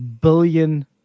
billion